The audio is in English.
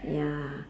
ya